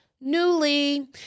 Newly